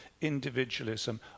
individualism